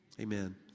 amen